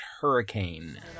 Hurricane